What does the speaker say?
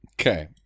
Okay